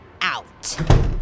out